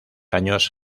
años